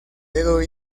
dedo